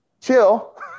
chill